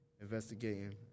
Investigating